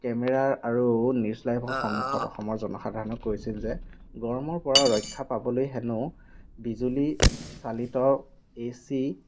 কেমেৰাৰ আৰু নিউজ লাইভৰ সন্মুখত অসমৰ জনসাধাৰণক কৈছিল যে গৰমৰ পৰা ৰক্ষা পাবলৈ হেনো বিজুলী চালিত এ চি